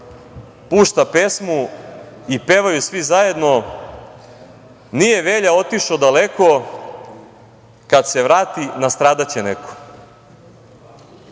pušta pesmu i pevaju svi zajedno – nije Velja otišao daleko, kad se vrati nastradaće neko. Ovo